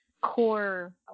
core